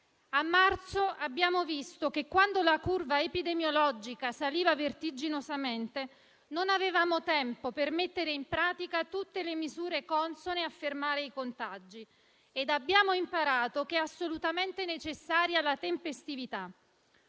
A marzo, abbiamo visto che, quando la curva epidemiologica saliva vertiginosamente, non avevamo tempo per mettere in pratica tutte le misure consone a fermare i contagi, ed abbiamo imparato che è assolutamente necessaria la tempestività.